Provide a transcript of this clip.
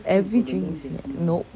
every drink is nope